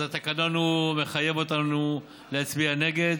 אז התקנון מחייב אותנו להצביע נגד.